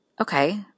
okay